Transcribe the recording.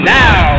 now